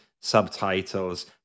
subtitles